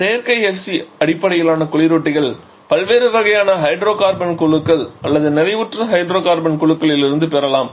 இப்போது செயற்கை FC அடிப்படையிலான குளிரூட்டிகளை பல்வேறு வகையான ஹைட்ரோகார்பன் குழுக்கள் அல்லது நிறைவுற்ற ஹைட்ரோகார்பன் குழுக்களிலிருந்து பெறலாம்